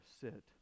sit